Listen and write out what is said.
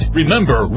Remember